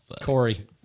Corey